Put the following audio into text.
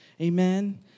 Amen